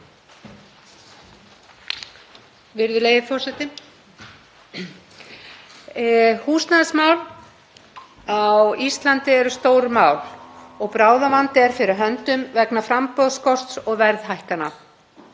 Húsnæðismál á Íslandi eru stór mál og bráðavandi er fyrir höndum vegna framboðsskorts og verðhækkana.